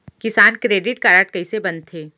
किसान credit card कइसे बनथे?